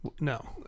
No